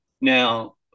Now